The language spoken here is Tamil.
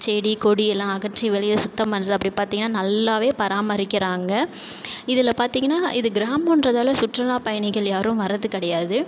செடி கொடி எல்லாம் அகற்றி வெளியில் சுத்தம் பண்ணுறது அப்படி பார்த்திங்கன்னா நல்லாவே பராமரிக்கறாங்க இதில் பார்த்திங்கன்னா இது கிராமம்ன்றதால சுற்றுலா பயணிகள் யாரும் வரது கிடையாது